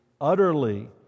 utterly